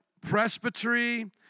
presbytery